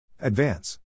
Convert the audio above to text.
Advance